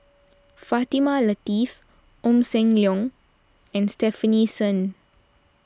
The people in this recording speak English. Fatimah Lateef Ong Sam Leong and Stefanie Sun